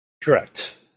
Correct